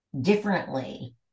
differently